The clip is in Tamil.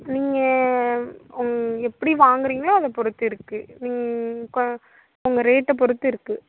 நீங்கள் ம் எப்படி வாங்குறீங்களோ அதை பொறுத்து இருக்கு ம் கொ உங்க ரேட்டை பொறுத்து இருக்கு